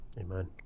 Amen